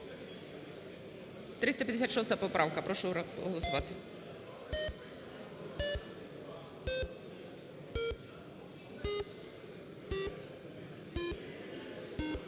356 поправка, прошу голосувати.